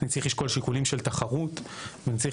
אני צריך לשקול שיקולים של תחרות ואני צריך